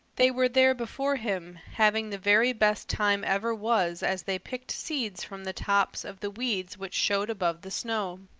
they were there before him, having the very best time ever was as they picked seeds from the tops of the weeds which showed above the snow.